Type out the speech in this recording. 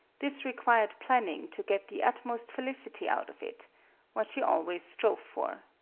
this required planning to get the utmost felicity out of it what she always strove for.